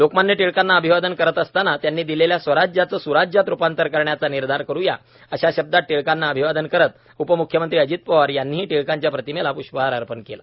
लोकमान्य टिळकांना अभिवादन करत असताना त्यांनी दिलेल्या स्वराज्याचं स्राज्यात रूपांतर करण्याचा निर्धार करूया अशा शब्दांत टिळकांना अभिवादन करत उपम्ख्यमंत्री अजित पवार यांनीही टिळकांच्या प्रतिमेला प्ष्पहार अर्पण केला